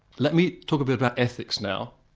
let me talk a bit about ethics now.